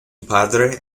padre